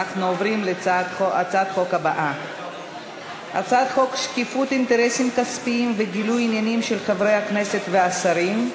הצעת חוק שקיפות אינטרסים כספיים וגילוי עניינים של חברי הכנסת והשרים,